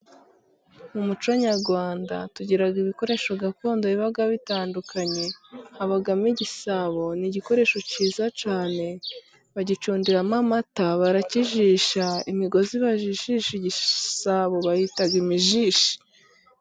Mu muco nyarwanda tugiraga ibikoresho gakondo biba bitandukanye habamo igisabo, n'igikoresho cyiza cyane bagicundiramo amata, barakijisha imigozi ibajijisha igisabo bayitaga imijishi.